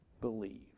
believe